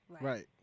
Right